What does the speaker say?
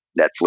Netflix